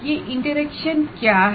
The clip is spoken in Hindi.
ये इंटरैक्शन क्या हैं